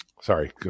sorry